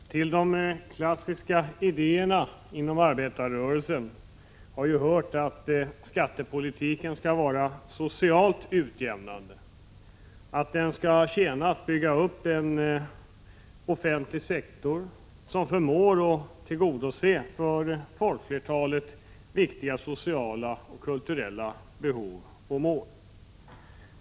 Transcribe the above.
Herr talman! Till de klassiska idéerna inom arbetarrörelsen har hört att skattepolitiken skall verka socialt utjämnande och att den skall tjäna till att bygga upp en offentlig sektor, som förmår tillgodose för folkflertalet viktiga sociala och kulturella behov och mål.